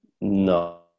No